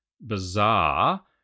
bizarre